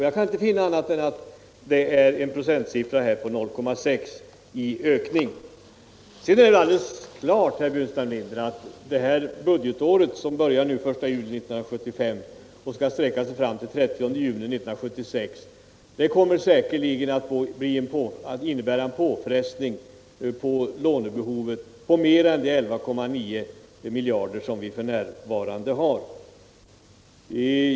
Jag kan inte finna annat än att effekten uppgår till 0,6 96. Det budgetår som börjar den 1 juli 1975 och som sträcker sig fram till den 30 juni 1976 kommer säkerligen också att medföra en höjning av lånebehovet utöver de 11,9 miljarder kr. som f.n. är aktuella.